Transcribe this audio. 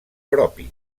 propi